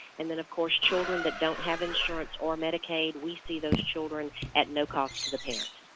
and then of course children that don't have insurance or medicaid we see those children at no cost to the parent.